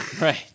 Right